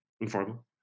Informal